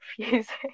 confusing